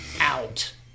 out